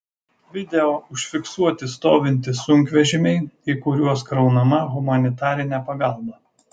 video užfiksuoti stovintys sunkvežimiai į kuriuos kraunama humanitarinė pagalba